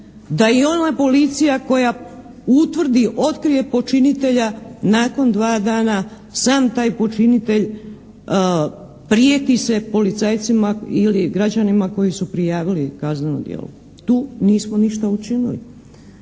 je i ona policija koja utvrdi, otkrije počinitelja nakon 2 dana sam taj počinitelj prijeti se policajcima ili građanima koji su prijavili kazneno djelo. Tu nismo ništa učinili.